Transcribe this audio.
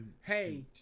Hey